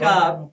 up